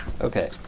Okay